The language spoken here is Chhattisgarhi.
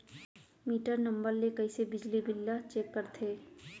मीटर नंबर ले कइसे बिजली बिल ल चेक करथे?